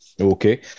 Okay